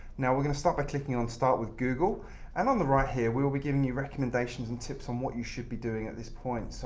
now, we're going to start by clicking on start with google and on the right here we will be giving you recommendations and tips on what you should be doing at this point. so